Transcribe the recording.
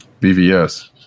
BVS